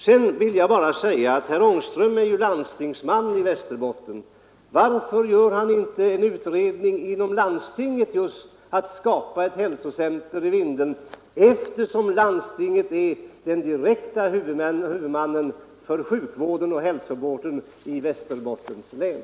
Herr Ångström är ju landstingsman i Västerbotten. Varför gör han inte en utredning inom landstinget om att skapa ett hälsocenter i Vindeln, eftersom landstinget är den direkta huvudmannen för sjukoch hälsovården i Västerbottens län?